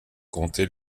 compter